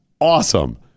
awesome